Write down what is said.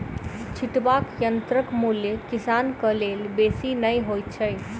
छिटबाक यंत्रक मूल्य किसानक लेल बेसी नै होइत छै